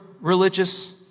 religious